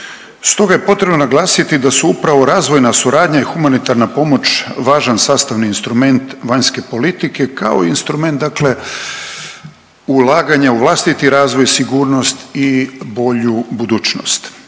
Stoga je potrebno naglasiti da su upravo razvojna suradnja i humanitarna pomoć važan sastavni instrument vanjske politike kao i instrument dakle ulaganja u vlastiti razvoj, sigurnost i bolju budućnost.